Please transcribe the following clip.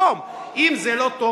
אם זה לא טוב,